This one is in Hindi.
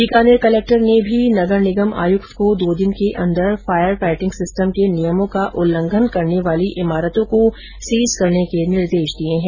बीकानेर कलेक्टर ने भी नगर निगम आयुक्त को दो दिन के अंदर फायर फाइटिंग सिस्टम के नियमों का उल्लंघन करने वाली इमारतों को सीज करने के निर्देश दिये हैं